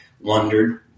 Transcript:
wondered